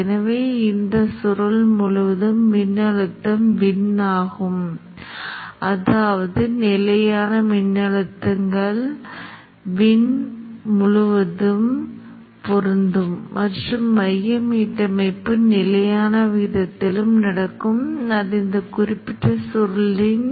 ஃப்ளக்ஸின் மதிப்பு ஒரு குறிப்பிட்ட மதிப்பை விட அதிகமாக இருந்தால் இங்கே கொடுக்கப்பட்டுள்ள C இன் அதே மதிப்பை எடுத்துக்கொள்வோம் ஆனால் அது ஒரு குறிப்பிட்ட செட் மதிப்பை விட அதிகமாக இருந்தால் அது அதிவேகமாக 0 வரை சிதைவடைந்து விடும்